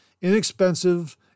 inexpensive